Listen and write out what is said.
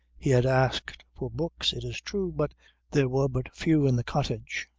he had asked for books it is true but there were but few in the cottage.